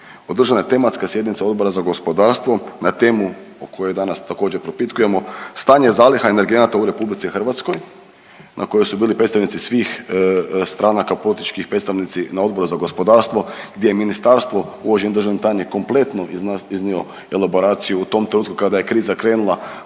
održana je tematska sjednica Odbora za gospodarstvo na temu o kojoj danas također propitkujemo stanje zaliha i energenata u Republici Hrvatskoj na kojoj su bili predstavnici svih stranaka, politički predstavnici na odboru za gospodarstvo, gdje je ministarstvo uvaženi državni tajnik kompletno iznio elaboraciju u tom trenutku kada je kriza krenula vezano za stanje